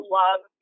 love